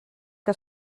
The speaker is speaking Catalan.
que